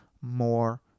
more